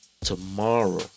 Tomorrow